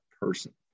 person